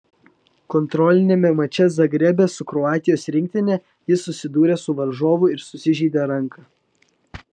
kontroliniame mače zagrebe su kroatijos rinktine jis susidūrė su varžovu ir susižeidė ranką